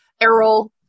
Errol